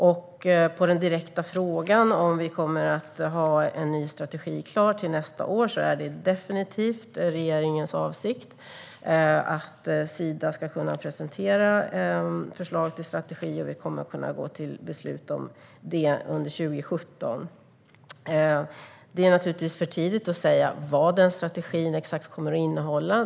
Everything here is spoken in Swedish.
När det gäller den direkta frågan, om vi kommer att ha en ny strategi klar till nästa år, kan jag säga: Det är definitivt regeringens avsikt att Sida ska kunna presentera förslag till en strategi och att vi ska kunna gå till beslut om det under 2017. Det är naturligtvis för tidigt att säga exakt vad den strategin kommer att innehålla.